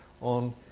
on